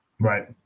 Right